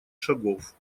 шагов